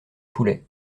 poulet